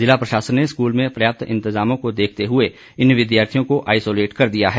जिला प्रशासन ने स्कूल में पर्याप्त इंतजामों को देखते हुए इन विद्यार्थियों को आइसोलेट कर दिया है